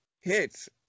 Hits